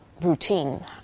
routine